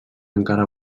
encara